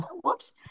Whoops